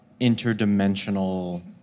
interdimensional